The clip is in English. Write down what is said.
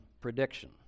prediction